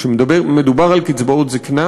כשמדובר על קצבאות זיקנה